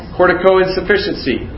Corticoinsufficiency